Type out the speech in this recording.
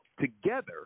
together